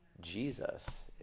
Jesus